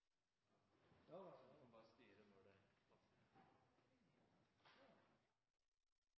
da må det tas